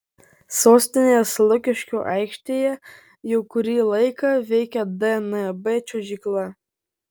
sostinės lukiškių aikštėje jau kurį laiką veikia dnb čiuožykla